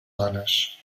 dones